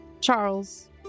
Charles